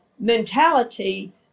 mentality